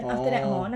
orh